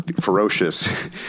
ferocious